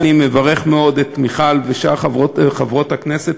אני מברך מאוד את מיכל ושאר חברות הכנסת,